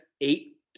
eight